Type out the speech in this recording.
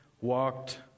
walked